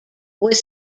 was